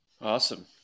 awesome